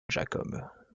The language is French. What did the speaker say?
jacob